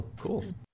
cool